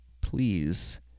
please